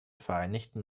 vereinigten